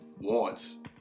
wants